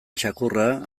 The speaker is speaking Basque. txakurra